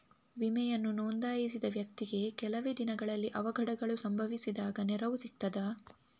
ವಿಮೆಯನ್ನು ನೋಂದಾಯಿಸಿದ ವ್ಯಕ್ತಿಗೆ ಕೆಲವೆ ದಿನಗಳಲ್ಲಿ ಅವಘಡಗಳು ಸಂಭವಿಸಿದಾಗ ನೆರವು ಸಿಗ್ತದ?